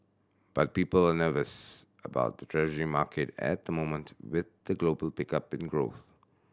but people are nervous about the Treasury market at the moment with the global pickup in growth